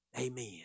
Amen